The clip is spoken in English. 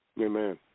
Amen